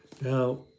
Now